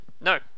No